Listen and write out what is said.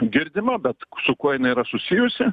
girdima bet su kuo jinai yra susijusi